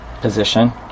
position